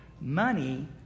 money